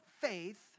faith